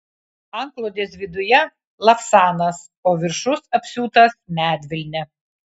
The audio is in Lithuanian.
antklodės viduje lavsanas o viršus apsiūtas medvilne